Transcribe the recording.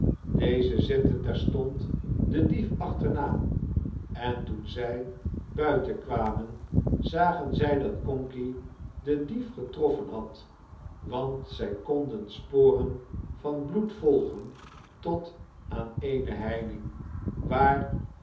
deze zetten terstond den dief achterna en toen zij buiten kwamen zagen zij dat conkey den dief getroffen had want zij konden sporen van bloed volgen tot aan eene heining waar